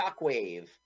Shockwave